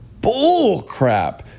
bullcrap